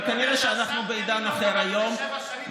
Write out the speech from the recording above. אבל כנראה שאנחנו בעידן אחר היום,